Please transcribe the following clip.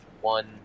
one